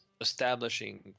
establishing